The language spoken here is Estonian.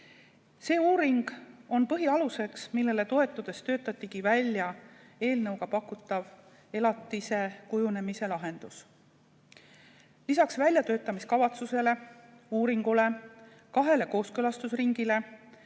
See uuring on põhialus, millele toetudes töötatigi välja eelnõuga pakutav elatise kujunemise lahendus. Lisaks väljatöötamiskavatsusele, uuringule ja kahele kooskõlastusringile